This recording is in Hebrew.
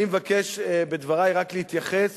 אני מבקש בדברי רק להתייחס